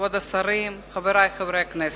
כבוד השרים, חברי חברי הכנסת,